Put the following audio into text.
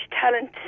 talent